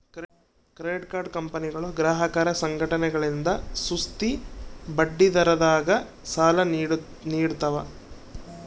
credit card ಕಂಪನಿಗಳು ಗ್ರಾಹಕರ ಸಂಘಟನೆಗಳಿಂದ ಸುಸ್ತಿ ಬಡ್ಡಿದರದಾಗ ಸಾಲ ನೀಡ್ತವ